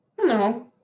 No